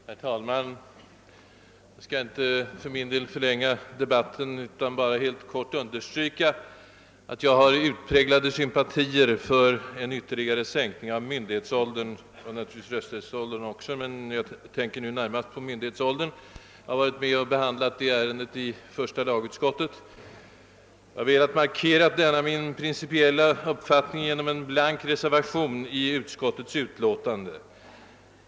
Herr talman! Jag skall för min del inte nämnvärt förlänga debatten utan bara helt kort understryka att jag hyser utpräglade sympatier för en ytterligare sänkning av myndighetsåldern och naturligtvis även av rösträttsåldern. Jag tänker dock här närmast på myndighetsåldern. Jag har nämligen varit med om att behandla detta ärende i första lagutskottet och har velat markera min principiella uppfattning genom en blank reservation i utskottets utlåtande.